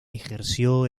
ejerció